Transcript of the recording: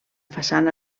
façana